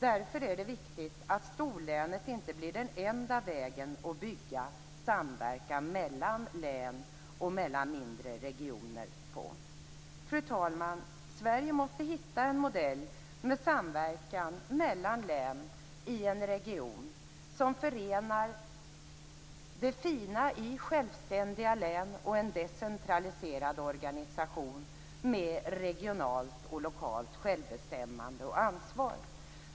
Därför är det viktigt att storlänet inte blir den enda vägen för att bygga och samverka mellan län och mindre regioner. Fru talman! Sverige måste hitta en modell för samverkan mellan län i en region som förenar det fina i självständiga län och en decentraliserad organisation med regionalt och lokalt självbestämmande och ansvar.